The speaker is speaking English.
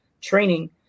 training